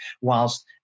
Whilst